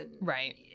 Right